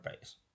base